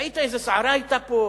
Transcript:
ראית איזו סערה היתה פה?